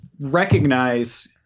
recognize –